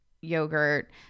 yogurt